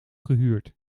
gehuurd